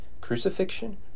crucifixion